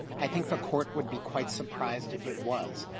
i think the court would be quite surprised if it was.